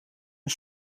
een